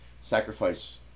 sacrifice